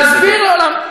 נסביר לעולם.